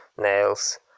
Nail's